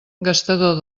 gastador